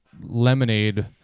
lemonade